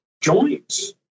joints